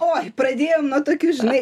oi pradėjom nuo tokių žinai